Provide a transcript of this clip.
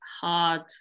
hard